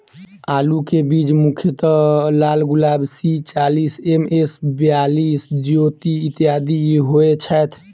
आलु केँ बीज मुख्यतः लालगुलाब, सी चालीस, एम.एस बयालिस, ज्योति, इत्यादि होए छैथ?